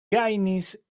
gajnis